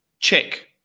Check